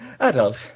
adult